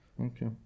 Okay